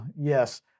Yes